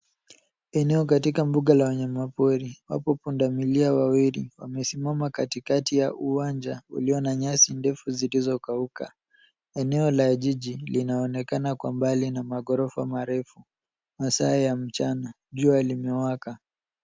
Eneo katika mbuga la wanyamapori . Wapo pundamilia wawili wamesimama katikati ya uwanja ulio na nyasi ndefu zilizokauka. Eneo la jiji linaonekana kwa mbali na maghorofa marefu. Masaa ya mchana . Jua limewaka.